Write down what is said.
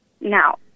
Now